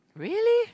really